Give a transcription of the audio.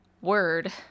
word